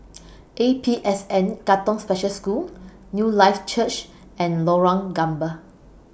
A P S N Katong Special School Newlife Church and Lorong Gambir